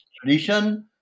tradition